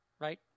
right